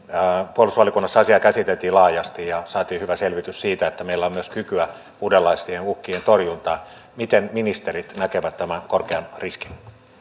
puolustusvaliokunnassa asiaa käsiteltiin laajasti ja saatiin hyvä selvitys siitä että meillä on myös kykyä uudenlaisten uhkien torjuntaan miten ministerit näkevät tämän korkean riskin